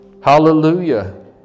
Hallelujah